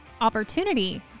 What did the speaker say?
opportunity